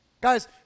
Guys